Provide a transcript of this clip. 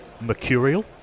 mercurial